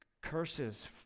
curses